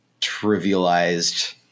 trivialized